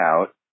out